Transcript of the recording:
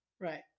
Right